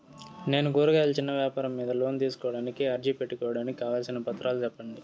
నేను కూరగాయలు చిన్న వ్యాపారం మీద లోను తీసుకోడానికి అర్జీ పెట్టుకోవడానికి కావాల్సిన పత్రాలు సెప్పండి?